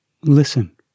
listen